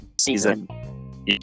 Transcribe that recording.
season